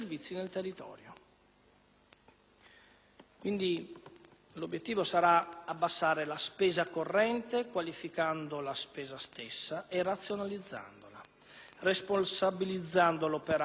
Quindi, l'obiettivo sarà quello di abbassare la spesa corrente, qualificando la spesa stessa e razionalizzandola, responsabilizzando l'operato degli amministratori pubblici